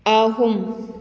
ꯑꯍꯨꯝ